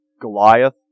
Goliath